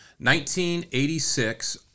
1986